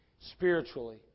spiritually